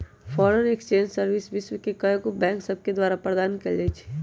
foreign exchange service विश्व के कएगो बैंक सभके द्वारा प्रदान कएल जाइ छइ